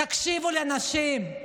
תקשיבו לנשים.